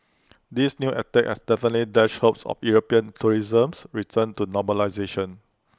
this new attack has definitely dashed hopes of european tourism's return to normalisation